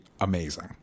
amazing